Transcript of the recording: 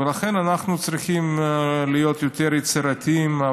ולכן אנחנו צריכים להיות יותר יצירתיים,